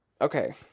okay